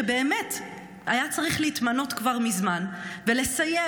שבאמת היה צריך להתמנות כבר מזמן ולסייע